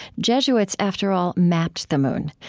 jesuits, after all, mapped the moon.